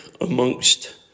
amongst